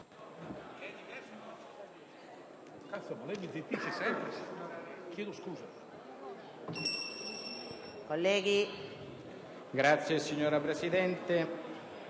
G8, signora Presidente.